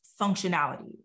functionality